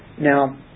Now